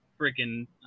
freaking